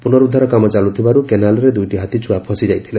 ପୁନରୁଦ୍ଧାର କାମ ଚାଲୁଥିବାରୁ କେନାଲ୍ରେ ଦୁଇଟି ହାତୀଛୁଆ ଫସି ଯାଇଥିଲେ